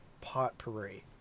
potpourri